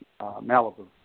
Malibu